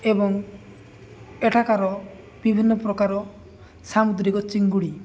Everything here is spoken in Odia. ଏବଂ ଏଠାକାର ବିଭିନ୍ନପ୍ରକାର ସାମୁଦ୍ରିକ ଚିଙ୍ଗୁଡ଼ି